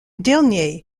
dernier